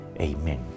Amen